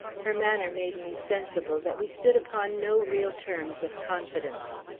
her manner made me sensible that we stood upon no real terms of confidence.